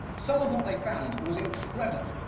some of what they found was incredible.